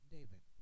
David